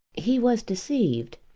he was deceived.